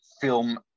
film